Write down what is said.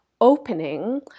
opening